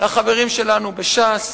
לחברים שלנו בש"ס